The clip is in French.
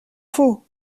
faux